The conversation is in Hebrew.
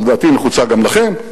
לדעתי היא נחוצה גם לכם.